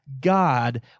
God